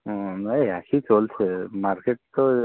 ও এ একই চলছে মার্কেট তো